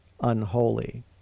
unholy